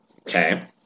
Okay